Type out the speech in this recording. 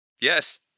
Yes